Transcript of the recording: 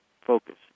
focus